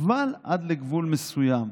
אבל עד לגבול מסוים,